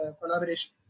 collaboration